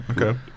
Okay